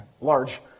Large